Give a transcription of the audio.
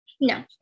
No